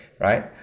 right